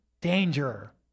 danger